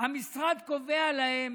המשרד קובע להן